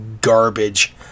garbage